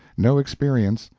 no experience,